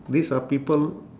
these are people